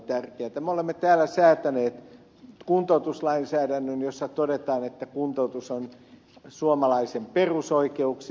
me olemme täällä säätäneet kuntoutuslainsäädännön jossa todetaan että kuntoutus on suomalaisen perusoikeuksia